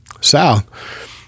south